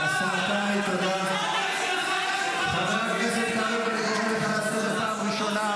הזאת, אתם צועקים כי אתם יודעים שאני צודקת.